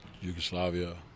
Yugoslavia